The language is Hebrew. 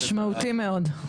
משמעותי מאוד.